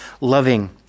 loving